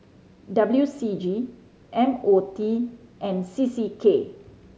W C G M O T and C C K